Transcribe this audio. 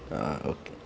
ah okay